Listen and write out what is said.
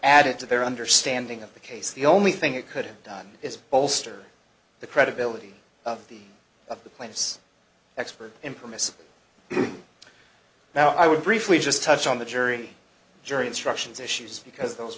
added to their understanding of the case the only thing it could have done is bolster the credibility of the of the plaintiff's expert imprimis now i would briefly just touch on the jury jury instructions issues because those